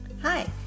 Hi